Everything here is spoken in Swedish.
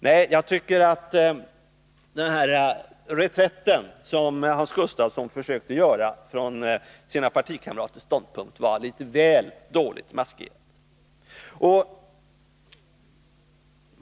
Nej, jag tycker att den reträtt som Hans Gustafsson försöker göra från sina partikamraters ståndpunkt var litet väl dåligt maskerad.